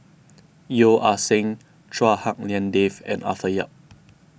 Yeo Ah Seng Chua Hak Lien Dave and Arthur Yap